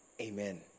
Amen